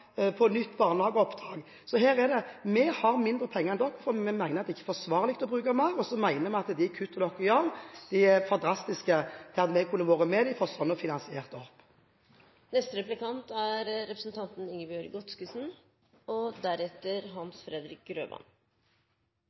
på nytt barnehageopptak. Vi har mindre penger enn dem, og vi mener at det ikke er forsvarlig å bruke mer. Og så mener vi at de kuttene de gjør, er for drastiske til at vi kunne vært med på å få finansiert dem. Først: Når bare sju av ti prosjekter i den forrige i NTP-en er